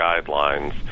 guidelines